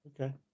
okay